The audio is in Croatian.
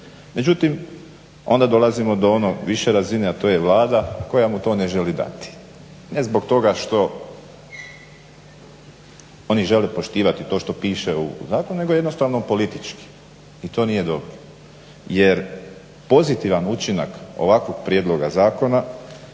Međutim onda dolazimo do onog više razine, Vlada koja mu to ne želi dati. Ne zbog toga što oni žele poštivati to što piše u zakonu nego jednostavno politički, jer to nije dobro. jer pozitivan učinaka ovakvog prijedloga zakona